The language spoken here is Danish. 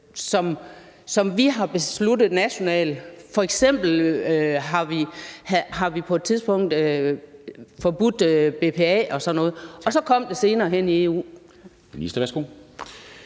som vi har besluttet nationalt. F.eks. har vi på et tidspunkt forbudt BPA og sådan noget, og så kom det senere hen i EU.